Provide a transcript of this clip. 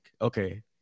okay